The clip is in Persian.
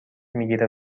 میگیره